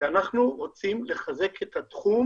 שאנו רוצים לחזק את התחום